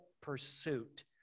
pursuit